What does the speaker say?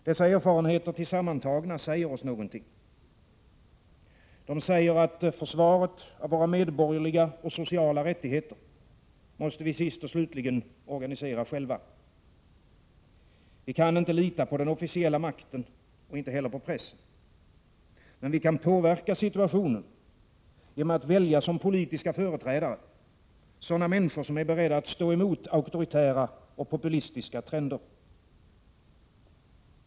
Dessa erfarenheter tillsammantagna säger oss något. De säger att försvaret av våra medborgerliga och sociala rättigheter måste vi sist och slutligen organisera själva. Vi kan inte lita på den officiella makten och inte heller på pressen. Men vi kan påverka situationen genom att som politiska företrädare välja sådana människor som är beredda att stå emot auktoritära och populistiska trender.